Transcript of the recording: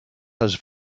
has